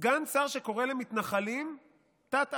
סגן שר שקורא למתנחלים "תת-אדם";